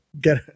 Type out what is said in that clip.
get